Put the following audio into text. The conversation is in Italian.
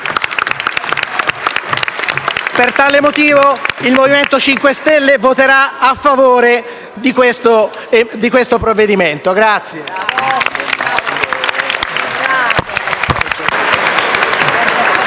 Per tale motivo il MoVimento 5 Stelle voterà a favore del provvedimento in